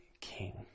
king